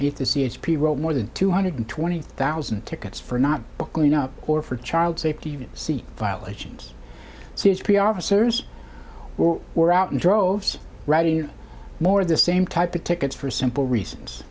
eight the c h p wrote more than two hundred twenty thousand tickets for not clean up or for child safety seat violations c h p officers were out in droves writing more the same type of tickets for simple reasons